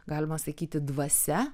galima sakyti dvasia